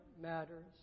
matters